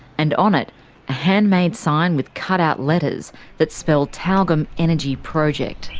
and on it a handmade sign with cut-out letters that spell tyalgum energy project.